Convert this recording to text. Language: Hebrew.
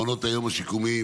מעונות היום השיקומיים,